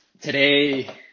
today